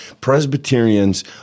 Presbyterians